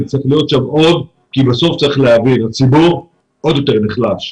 צריך להיות שם עוד כי בסוף צריך להבין שהציבור עוד יותר נחלש.